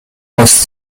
aus